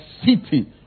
city